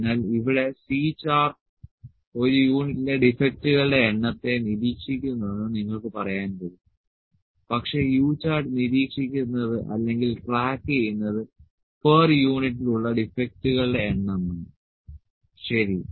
അതിനാൽ ഇവിടെ C chart ഒരു യൂണിറ്റിലെ ഡിഫെക്ടുകളുടെ എണ്ണത്തെ നിരീക്ഷിക്കുന്നുവെന്ന് നിങ്ങൾക്ക് പറയാൻ കഴിയും പക്ഷേ U ചാർട്ട് നിരീക്ഷിക്കുന്നത് അല്ലെങ്കിൽ ട്രാക്കുചെയ്യുന്നത് പെർ യൂണിറ്റിൽ ഉള്ള ഡിഫെക്ടുകളുടെ എണ്ണമാണ് ശരി